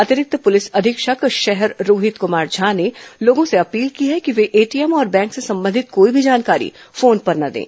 अतिरिक्त पूलिस अधीक्षक शहर रोहित कमार ज्ञा ने लोगों से अपील है कि वे एटीएम और बैंक र्स संबंधित कोई भी जानकारी फोन पर न दें